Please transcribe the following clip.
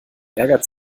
ärgert